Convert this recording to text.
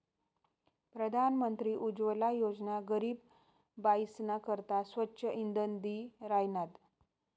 प्रधानमंत्री उज्वला योजना गरीब बायीसना करता स्वच्छ इंधन दि राहिनात